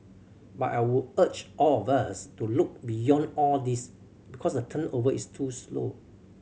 but I would urge all of us to look beyond all these because the turnover is too slow